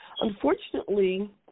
Unfortunately